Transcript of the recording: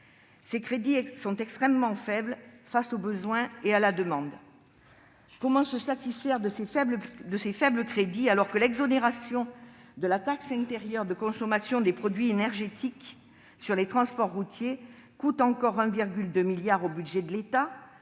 Ces crédits sont extrêmement faibles face aux besoins et à la demande. Comment se satisfaire de ces montants alors que l'exonération de taxe intérieure de consommation sur les produits énergétiques accordée aux transports routiers coûte encore 1,2 milliard d'euros au budget de l'État,